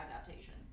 adaptation